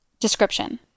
Description